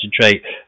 concentrate